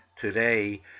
today